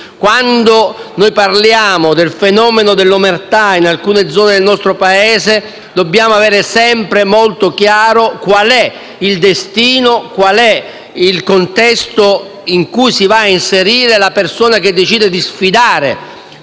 Quando parliamo del fenomeno dell'omertà in alcune zone del nostro Paese, dobbiamo avere sempre molto chiaro qual è il destino, qual è il contesto in cui si va ad inserire la persona che decide di sfidare